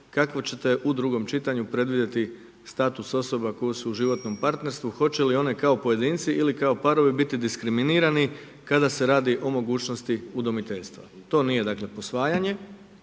kako ćete u drugom čitanju predvidjeti status osoba koje su u životnom partnerstvu, hoće li one kao pojedinci ili kao parovi biti diskriminirani kada se radi o mogućnosti udomiteljstva. To nije dakle posvajanje.